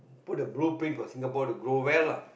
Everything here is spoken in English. put the blueprint for the Singapore to grow well lah